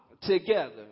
together